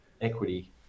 equity